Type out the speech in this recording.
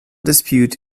dispute